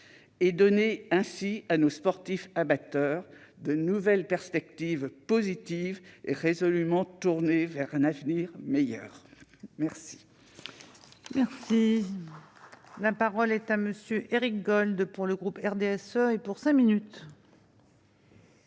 et donner ainsi à nos sportifs amateurs de nouvelles perspectives positives et résolument tournées vers un avenir meilleur. La